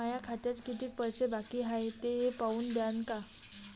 माया खात्यात कितीक पैसे बाकी हाय हे पाहून द्यान का?